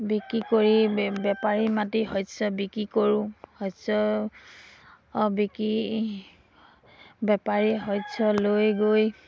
বিক্ৰী কৰি বে বেপাৰী মাতি শস্য বিক্ৰী কৰোঁ শস্য বিকি বেপাৰীয়ে শস্য লৈ গৈ